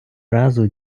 разу